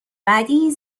بعدی